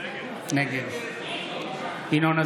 נגד ינון אזולאי,